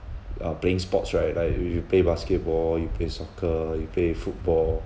uh playing sports right like if you play basketball you play soccer you play football